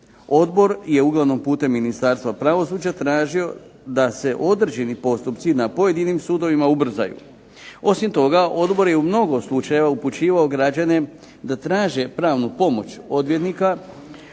Odbor je uglavnom putem Ministarstva pravosuđa tražio da se određeni postupci na pojedinim sudovima ubrzaju. Osim toga, Odbor je u mnogo slučajeva upućivao građane da traže pravnu pomoć odvjetnika